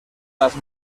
las